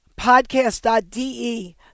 podcast.de